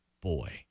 boy